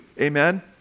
Amen